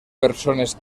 persones